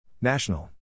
National